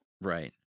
Right